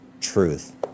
truth